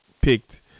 picked